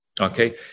Okay